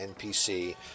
NPC